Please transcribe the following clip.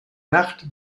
nacht